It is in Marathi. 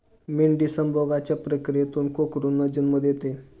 मेंढी संभोगाच्या प्रक्रियेतून कोकरूंना जन्म देते